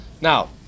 Now